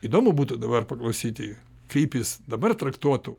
įdomu būtų dabar paklausyti kaip jis dabar traktuotų